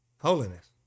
holiness